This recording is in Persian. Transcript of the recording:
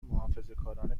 محافظهکارانه